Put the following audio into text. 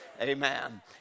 Amen